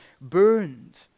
burned